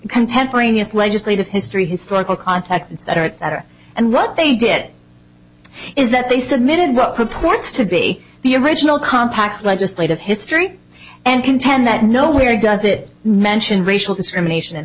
contemporaneous legislative history historical context etc etc and what they did it is that they submitted what purports to be the original compact legislative history and contend that nowhere does it mention racial discrimination in